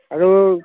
আৰু